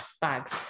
bags